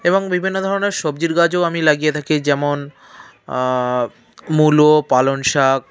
এবং বিভিন্ন ধরনের সবজির গাছও আমি লাগিয়ে থাকি যেমন মুলো পালং শাক